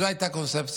זו הייתה הקונספציה.